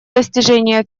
достижения